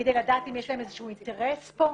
כדי לדעת אם יש להם איזשהו אינטרס פה?